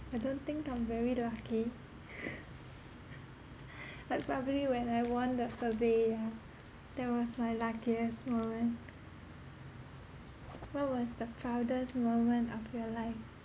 I don't think I'm very lucky like probably when I won the survey yeah that was my luckiest moment what was the proudest moment of your life